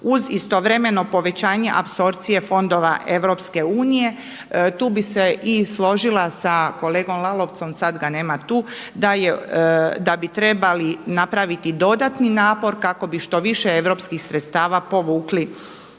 uz istovremeno povećanje apsorpcije fondova EU tu bih se i složila sa kolegom Lalovcom, sad ga nema tu, da bi trebali napravili dodatni napor kako bi što više europskih sredstava povukli